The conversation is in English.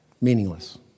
meaningless